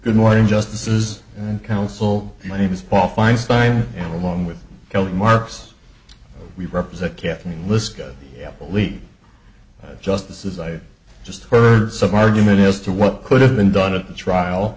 good morning justices and counsel my name is paul feinstein along with kelly marks we represent kathleen liska believe justice is i just heard some argument as to what could have been done at the trial